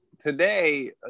today